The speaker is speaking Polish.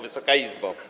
Wysoka Izbo!